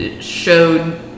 showed